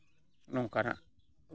ᱱᱚᱝᱠᱟᱱᱟᱜ